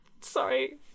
Sorry